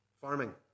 Farming